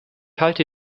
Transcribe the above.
halte